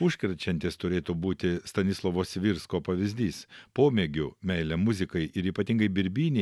užkrečiantis turėtų būti stanislovo svirsko pavyzdys pomėgiu meile muzikai ir ypatingai birbynei